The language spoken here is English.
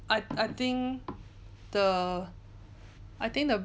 I I think the I think the